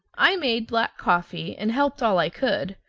i made black coffee, and helped all i could,